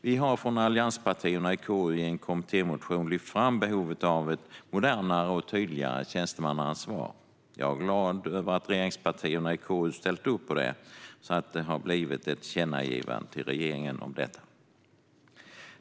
Vi har från allianspartierna i KU i en kommittémotion lyft fram behovet av ett modernare och tydligare tjänstemannaansvar. Jag är glad över att regeringspartierna i KU ställt upp på detta så att det har blivit ett tillkännagivande om detta till regeringen.